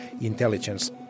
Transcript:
intelligence